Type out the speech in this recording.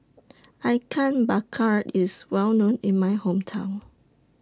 Ikan Bakar IS Well known in My Hometown